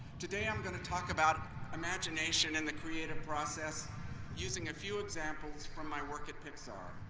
today i'm going to talk about imagination and the creative process using a few examples from my work at pixar.